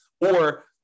Or-